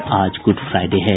और आज Good Friday है